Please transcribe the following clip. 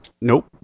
nope